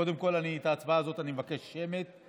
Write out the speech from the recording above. קודם כול ההצבעה הזאת אני מבקש שתהיה שמית.